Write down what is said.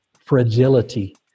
fragility